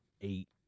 eight